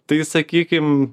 tai sakykim